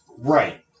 Right